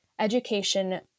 education